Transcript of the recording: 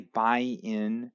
buy-in